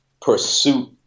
pursuit